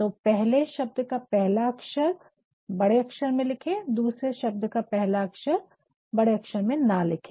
तो पहले शब्द का पहला अक्षर बड़े अक्षर में लिखे दूसरे शब्द पहला अक्षर बड़े अक्षर में न लिखे